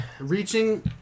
Reaching